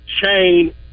chain